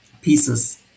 pieces